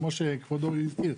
כמו שכבודו הזכיר,